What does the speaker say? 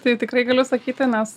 tai tikrai galiu sakyti nes